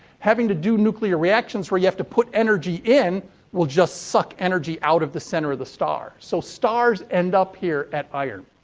having to do nuclear reactions where you have to put energy in will just suck energy out of the center of the star. so, stars end up here at iron.